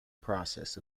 process